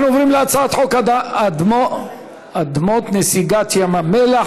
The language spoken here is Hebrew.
אנחנו עוברים להצעת חוק אדמות נסיגת ים המלח,